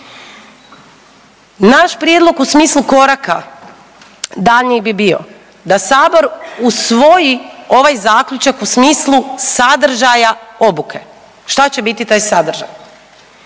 Naš prijedlog u smislu koraka daljnjih bi bio da Sabor usvoji ovaj zaključak u smislu sadržaja obuke. Šta će biti taj sadržaj?